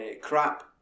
Crap